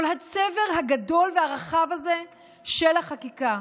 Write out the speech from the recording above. כל הצבר הגדול והרחב הזה של החקיקה,